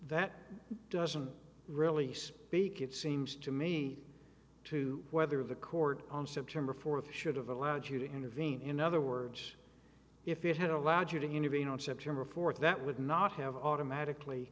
that doesn't really speak it seems to me to whether the court on september fourth should have allowed you to intervene in other words if it had allowed you to intervene on september fourth that would not have automatically